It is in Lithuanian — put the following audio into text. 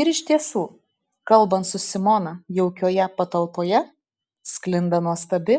ir iš tiesų kalbant su simona jaukioje patalpoje sklinda nuostabi